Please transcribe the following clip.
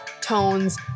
tones